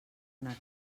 una